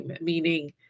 meaning